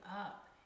up